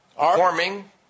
Warming